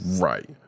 Right